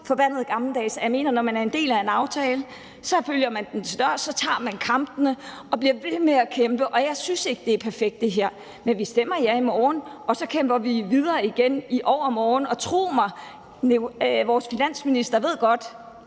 forbandet gammeldags, at jeg mener, at når man er en del af en aftale, følger man den til dørs; så tager man kampene og bliver ved med at kæmpe. Jeg synes ikke, det her er perfekt, men vi stemmer ja i morgen, og så kæmper vi videre igen i overmorgen, og tro mig: Vores finansminister ved godt,